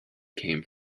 came